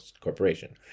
corporation